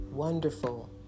Wonderful